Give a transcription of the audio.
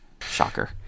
Shocker